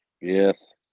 yes